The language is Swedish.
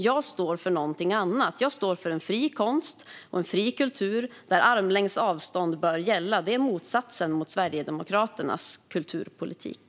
Jag står för någonting annat, nämligen en fri konst och en fri kultur där armlängds avstånd bör gälla. Det är motsatsen till Sverigedemokraternas kulturpolitik.